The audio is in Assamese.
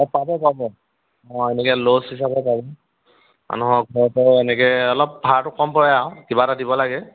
অঁ পাব পাব অঁ এনেকৈ ল'জ হিচাপে পাব মানুহৰ ঘৰতো এনেকৈ অলপ ভাড়াটো কম পৰে আৰু কিবা এটা দিব লাগে